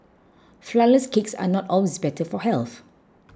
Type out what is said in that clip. Flourless Cakes are not always better for health